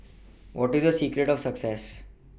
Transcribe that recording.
what is your secret of success